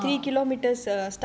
அப்டியா:apdiyaa